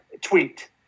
Tweet